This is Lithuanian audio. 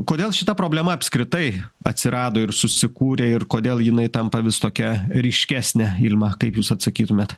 kodėl šita problema apskritai atsirado ir susikūrė ir kodėl jinai tampa vis tokia ryškesnė ilma kaip jūs atsakytumėt